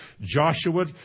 Joshua